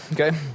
Okay